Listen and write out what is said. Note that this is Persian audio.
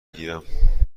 گیرم